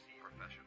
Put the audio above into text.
professional